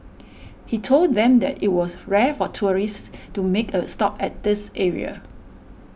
he told them that it was rare for tourists to make a stop at this area